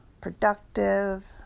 Productive